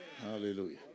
hallelujah